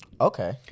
Okay